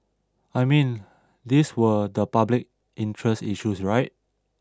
I mean these were the public interest issues right